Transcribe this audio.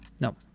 No